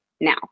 now